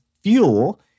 fuel